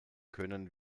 können